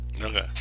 Okay